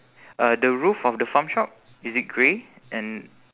uh the roof of the farm shop is it grey and